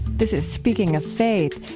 this is speaking of faith.